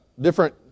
different